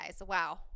wow